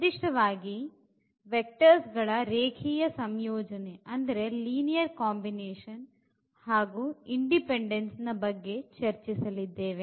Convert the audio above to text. ನಿರ್ದಿಷ್ಟ ವಾಗಿ ಸದಿಶ ಗಳ ರೇಖೀಯ ಸಂಯೋಜನೆ ಹಾಗು independence ಬಗ್ಗೆ ಚರ್ಚಿಸಲಿದ್ದೇವೆ